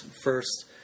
first